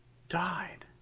died.